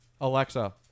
Alexa